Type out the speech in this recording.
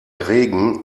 regen